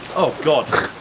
oh god,